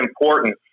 important